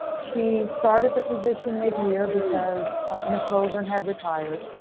she started the position midyear because miss vogan had retired.